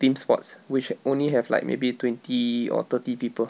team sports which only have like maybe twenty or thirty people